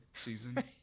season